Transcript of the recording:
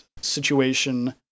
situation